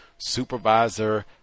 supervisor